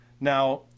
Now